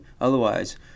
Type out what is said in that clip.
Otherwise